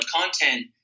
content